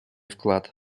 вклад